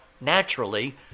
naturally